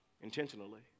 intentionally